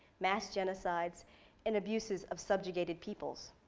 mass genocides and abuses of subjugated peoples.